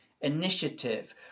initiative